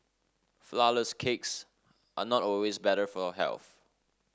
flourless cakes are not always better for health